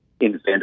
invent